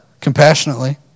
Compassionately